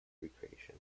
recreation